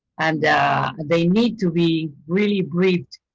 and they need to be really briefed.